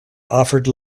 offered